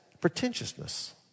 pretentiousness